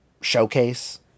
showcase